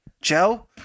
Joe